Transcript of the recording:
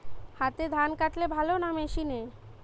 হাতে ধান কাটলে ভালো না মেশিনে?